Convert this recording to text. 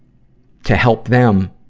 to help them